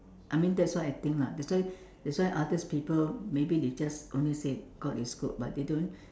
I mean that's what I think lah that's why that's why other people maybe they just only say God is good but they don't